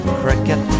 cricket